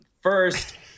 First